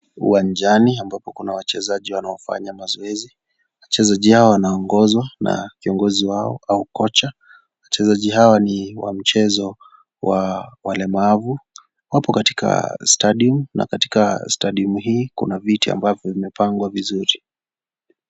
Uwanjani ambapo kuna wachezaji wanaofanya mazoezi. Wachezaji hao wanaongozwa na kiongozi wao au kocha. Wachezaji hao ni wa mchezo wa walemavu. Wapo katika stadium na katika stadium hii kuna viti ambavyo vimepangwa vizuri.